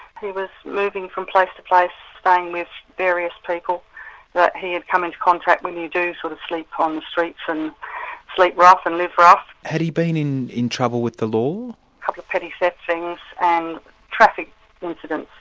he was moving from place to place, staying with various people that he had come into contact with when you do sort of sleep on the streets and sleep rough and live rough. had he been in in trouble with the law? a couple of petty theft things, and traffic incidents